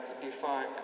define